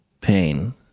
pain